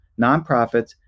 nonprofits